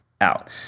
Out